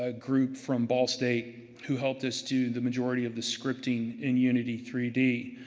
ah group from ball state who helped us do the majority of the scripting in unity three d.